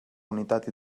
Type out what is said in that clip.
unitat